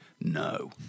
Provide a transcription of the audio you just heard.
no